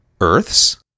Earths